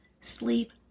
sleep